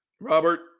Robert